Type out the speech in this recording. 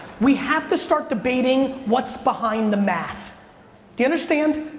we have to start debating what's behind the math. do you understand?